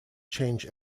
change